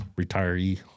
retiree